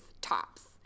tops